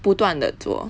不断的做